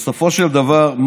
בסופו של דבר,